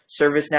ServiceNow